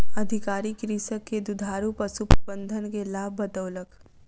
अधिकारी कृषक के दुधारू पशु प्रबंधन के लाभ बतौलक